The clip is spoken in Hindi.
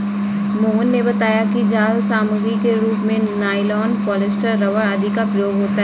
मोहन ने बताया कि जाल सामग्री के रूप में नाइलॉन, पॉलीस्टर, रबर आदि का प्रयोग होता है